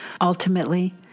Ultimately